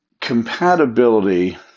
compatibility